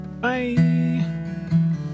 Bye